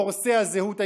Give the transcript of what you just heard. הורסי הזהות היהודית.